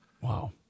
Wow